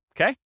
okay